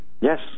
Yes